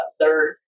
third